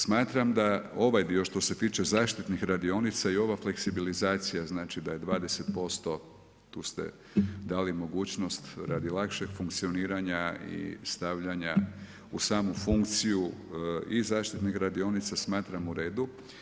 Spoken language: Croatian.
Smatram da ovaj dio, što se tiče zaštitnih radionica i ova fleksibilizacija znači da je 20%, tu ste dali mogućnost radi lakšeg funkcioniranja i stavljanja u samu funkciju i zaštitnih radionica, smatram u redu.